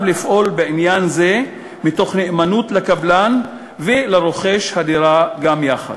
לפעול בעניין זה "מתוך נאמנות לקבלן ולרוכש הדירה גם יחד".